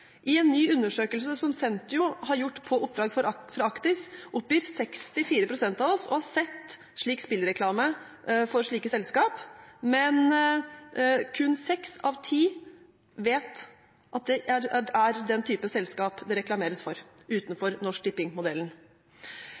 I en ny undersøkelse som Sentio har gjort på oppdrag fra Actis, oppgir 64 pst. av oss å ha sett spillreklame for slike selskap, men kun seks av ti vet at det er den typen selskap det reklameres for – utenfor Norsk